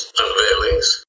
unveilings